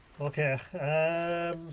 Okay